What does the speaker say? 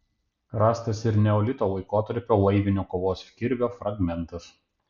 rastas ir neolito laikotarpio laivinio kovos kirvio fragmentas